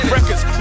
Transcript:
Records